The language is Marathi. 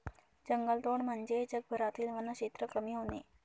जंगलतोड म्हणजे जगभरातील वनक्षेत्र कमी होणे